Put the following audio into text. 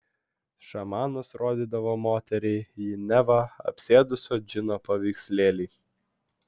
šamanas rodydavo moteriai jį neva apsėdusio džino paveikslėlį